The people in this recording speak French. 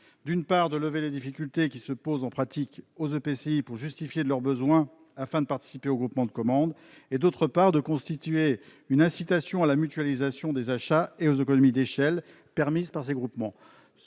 d'une part, lever les difficultés que rencontrent les EPCI pour justifier de leurs besoins afin de participer aux groupements de commandes ; d'autre part, inciter à la mutualisation des achats et aux économies d'échelle permises par ces groupements.